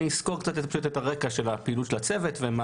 אסקור את פעילות הצוות ומה